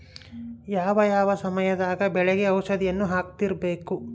ಯಾವ ಯಾವ ಸಮಯದಾಗ ಬೆಳೆಗೆ ಔಷಧಿಯನ್ನು ಹಾಕ್ತಿರಬೇಕು?